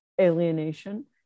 alienation